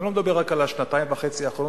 אני לא מדבר רק על השנתיים וחצי האחרונות,